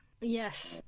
Yes